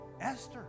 Esther